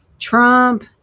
Trump